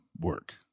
work